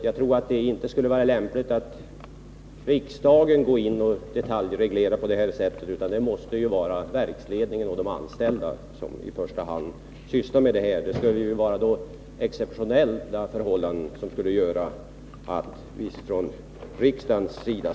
Jag tror inte att det skulle vara lämpligt att riksdagen går in och detaljreglerar på detta sätt, utan det måste vara verksledningen och de anställda som i första hand sysslar med detta. Det skulle vara exceptionella förhållanden om vi skulle gå in från riksdagens sida.